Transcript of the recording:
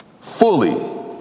Fully